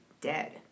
Dead